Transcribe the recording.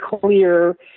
clear